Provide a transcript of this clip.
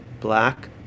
black